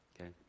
Okay